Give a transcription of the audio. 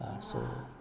ah so